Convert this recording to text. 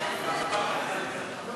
הצעת חוק זכויות הסטודנט (תיקון,